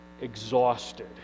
exhausted